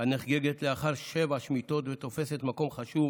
הנחגגת לאחר שבע שמיטות ותופסת מקום חשוב